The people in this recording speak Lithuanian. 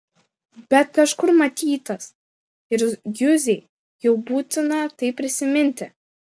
bet kažkur matytas ir juzei jau būtina tai prisiminti